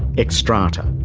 xstrata.